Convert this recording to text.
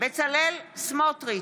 בצלאל סמוטריץ'